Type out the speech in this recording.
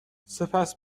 سپس